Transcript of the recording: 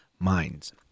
minds